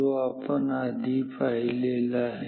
जो आपण आधी पाहिलेला आहे